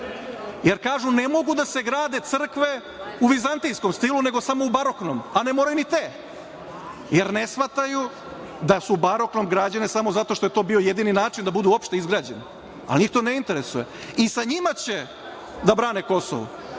jer kažu ne mogu da se grade crkve u vizantijskom stilu nego samo u baroknom, a ne mora ni te jer ne shvataju da su u baroknom građene samo što je to bio jedini način da budu opšte izgrađene, a njih to ne interesuje i sa njima će da brane Kosovo.